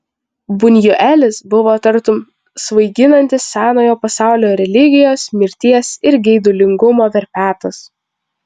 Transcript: bunjuelis buvo tartum svaiginantis senojo pasaulio religijos mirties ir geidulingumo verpetas